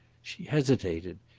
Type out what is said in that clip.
she hesitated.